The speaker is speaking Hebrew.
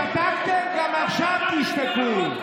שתקתם, גם עכשיו תשתקו.